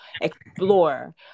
explore